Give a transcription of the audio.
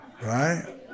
right